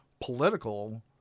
political